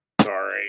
sorry